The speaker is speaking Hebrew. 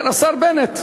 כן, השר בנט.